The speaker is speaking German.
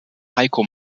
heiko